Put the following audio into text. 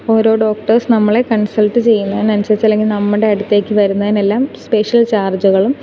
ഓരോ ഡോക്ടേഴ്സ് നമ്മളെ കൺസൾട്ട് ചെയ്യുന്നതിനനുസരിച്ച് അല്ലെങ്കിൽ നമ്മുടെ അടുത്തേക്ക് വരുന്നതിനെല്ലാം സ്പെഷ്യൽ ചാർജ്ജുകളും